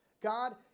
God